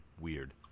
weird